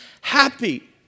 happy